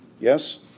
Yes